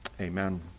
Amen